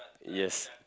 yes